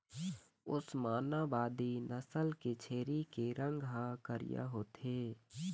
ओस्मानाबादी नसल के छेरी के रंग ह करिया होथे